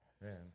Man